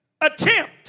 attempt